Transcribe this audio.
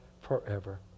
forever